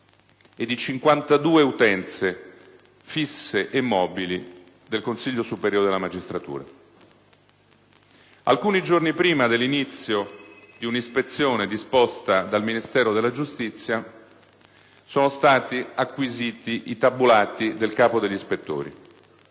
e di 52 utenze fisse e mobili del Consiglio superiore della magistratura. Alcuni giorni prima dell'inizio di un'ispezione disposta dal Ministero della giustizia, sono stati acquisiti i tabulati del capo degli ispettori